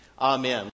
amen